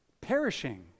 perishing